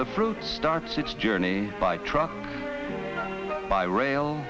the fruit starts its journey by truck by rail